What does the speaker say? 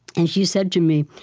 and she said to me,